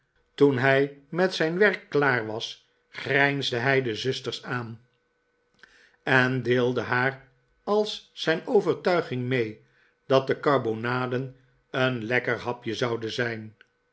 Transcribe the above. toen hij met zijn werk klaar was grijnsde hij de zusters aan en deelde haar als zijn oyertuiging mee dat de karbonaden een lekker hapje zouden zijn